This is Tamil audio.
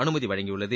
அனுமதி வழங்கியுள்ளது